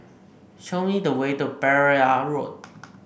show me the way to Pereira Road